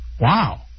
Wow